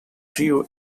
drew